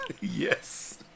Yes